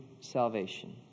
salvation